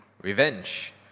revenge